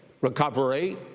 recovery